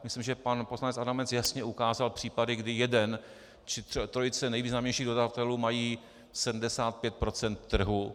Myslím, že pan poslanec Adamec jasně ukázal případy, kdy jeden či trojice nejvýznamnějších dodavatelů mají 75 procent trhu.